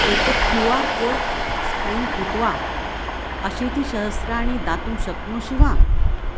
एतत् Q R code scan कृत्वा अशीतिसहस्राणि दातुं शक्नोषि वा